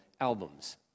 albums